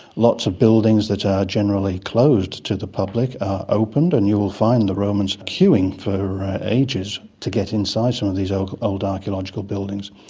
lots of buildings that are generally closed to the public are opened and you will find the romans queueing for ages to get inside some of these old old archaeological buildings.